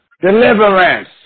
Deliverance